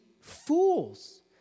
fools